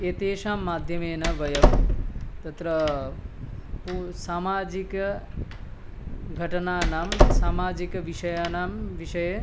एतेषां माध्यमेन वयं तत्र पू सामाजिकघटनानां सामाजिकविषयाणां विषये